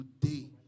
today